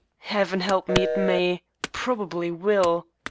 heaven help me, it may probably will.